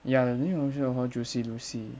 ya the name of the shop called juicy lucy